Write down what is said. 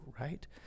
right